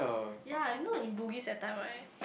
ya you know in Bugis that time right